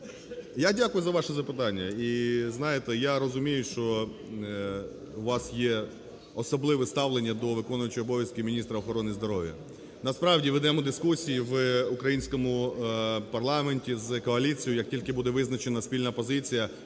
Я дякую за ваше запитання. І знаєте, я розумію, що у вас є особливе ставлення до виконуючого обов'язки міністра охорони здоров'я. Насправді ведемо дискусію в українському парламенті з коаліцією. Як тільки буде визначена спільна позиція